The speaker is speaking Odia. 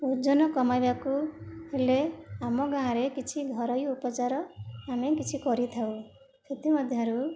ଓଜନ କମାଇବାକୁ ହେଲେ ଆମ ଗାଁରେ କିଛି ଘରୋଇ ଉପଚାର ଆମେ କିଛି କରିଥାଉ ସେଥିମଧ୍ୟରୁ